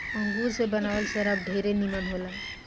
अंगूर से बनावल शराब ढेरे निमन होला